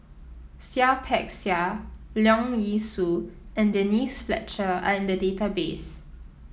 Seah Peck Seah Leong Yee Soo and Denise Fletcher are in the database